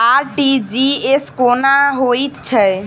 RTGS कोना होइत छै?